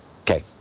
okay